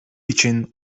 için